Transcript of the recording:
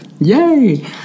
Yay